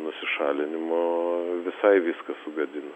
nusišalinimo visai viską sugadino